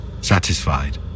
Satisfied